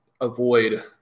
avoid